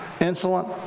insolent